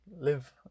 live